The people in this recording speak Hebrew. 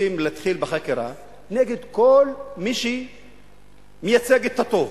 רוצים להתחיל בחקירה נגד כל מי שמייצג את הטוב.